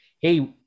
hey